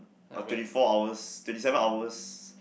but twenty four hours twenty seven hours